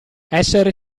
essere